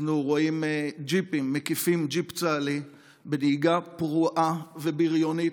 אנחנו רואים ג'יפים מקיפים ג'יפ צה"לי בנהיגה פרועה ובריונית,